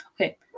Okay